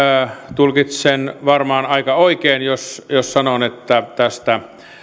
tulkitsen varmaan aika oikein jos jos sanon että tästä